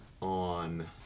on